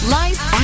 life